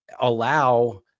allow